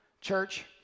Church